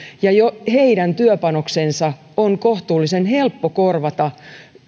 heidän työpanoksensa on kohtuullisen helppo korvata